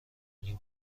این